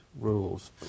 rules